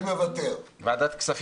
יש פה נציג של הוועדה המיוחדת?